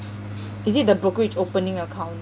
is it the brokerage opening account